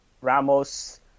Ramos